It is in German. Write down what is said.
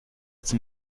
zum